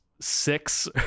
six